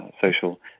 social